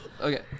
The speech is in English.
Okay